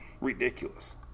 ridiculous